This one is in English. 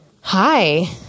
hi